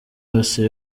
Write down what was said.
yose